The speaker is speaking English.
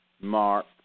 Mark